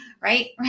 Right